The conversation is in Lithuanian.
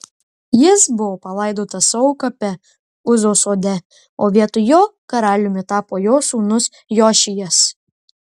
jis buvo palaidotas savo kape uzos sode o vietoj jo karaliumi tapo jo sūnus jošijas